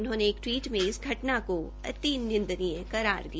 उन्होंने एक टवीट में इस घटना को अति निंदनीय करार दिया